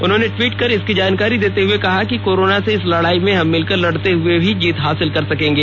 उन्होंने ट्वीट कर इसकी जानकारी देते हुए कहा कि कोरोना की इस लड़ाई में हम मिलकर लड़ते हुए ही जीत हासिल करेंगे